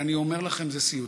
ואני אומר לכם, זה סיוט.